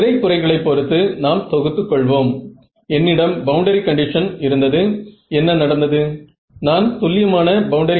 இன்புட்டை போல மேக்னெட்டிக் ஃப்ரில் இன்னும் துல்லியமாக இருக்கிறது